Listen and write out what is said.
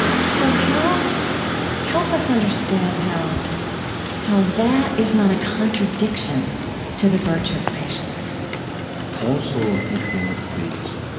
so how help us understand how how that is not a contradiction to the virtue of patience also in the speech,